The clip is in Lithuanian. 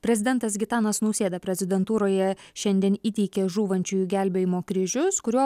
prezidentas gitanas nausėda prezidentūroje šiandien įteikė žūvančiųjų gelbėjimo kryžius kurių